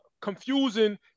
Confusing